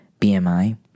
BMI